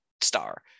star